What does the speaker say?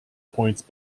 points